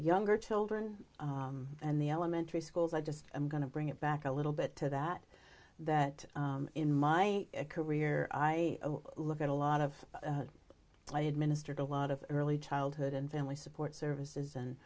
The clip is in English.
younger children and the elementary schools i just i'm going to bring it back a little bit to that that in my career i look at a lot of my administered a lot of early childhood and family support services and